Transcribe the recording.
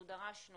אנחנו דרשנו